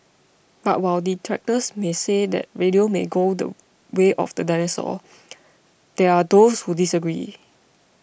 but while detractors may say that radio may go the way of the dinosaur there are those who disagree